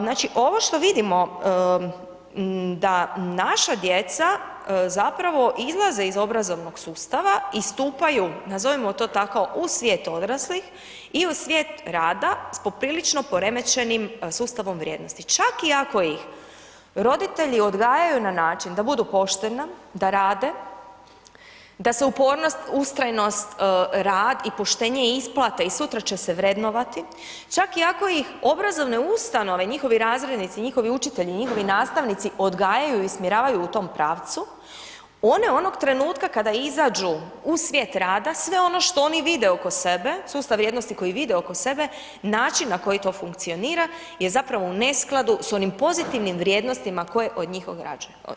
Znači ovo što vidimo, da naša djeca, da zapravo izlaze iz obrazovnog sustava, istupaju, nazovimo to tako, u svijet odraslih i u svijet rada s popriličnom poremećenim sustavom vrijednosti, čak i ako ih roditelji odgajaju na način, da budu poštena, da rade, da se upornost, ustrajnost, rad i poštenje isplate i sutra će se vrednovati, čak i ako ih obrazovne ustanove, njihove razrednici, njihovi učitelji, njihovi nastavnici, odgajaju i usmjeravaju u tom pravcu, one onog trenutka, kada izađu u svijet rada, sve ono što oni vide oko sebe, sustav vrijednosti koji vide oko sebe, način na koji to funkcionira, je zapravo u neskladu s onim pozitivnim vrijednostima, koje od njih ograđuju.